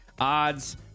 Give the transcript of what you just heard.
odds